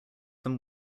them